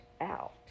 out